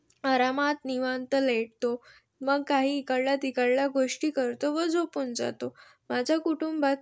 आरामात निवांत लेटतो मग काही इकडल्या तिकडल्या गोष्टी करतो व झोपून जातो माझ्या कुटुंबात